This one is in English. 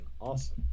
awesome